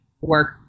work